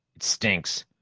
it stinks.